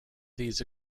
these